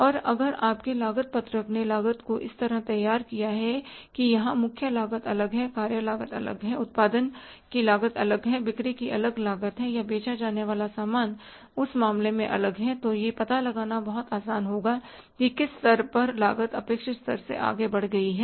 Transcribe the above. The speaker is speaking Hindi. और अगर आपके लागत पत्रक ने लागत को इस तरह तैयार किया है कि जहां मुख्य लागत अलग हैकार्य लागत अलग है उत्पादन की लागत अलग है बिक्री की अलग लागत है या बेचा जाने वाला सामान उस मामले में अलग है तो यह पता लगाना बहुत आसान होगा कि किस स्तर पर लागत अपेक्षित स्तर से आगे बढ़ गई है